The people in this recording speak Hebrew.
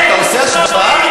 אתה עושה השוואה?